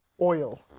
Oil